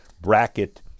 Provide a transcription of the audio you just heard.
bracket